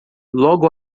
logo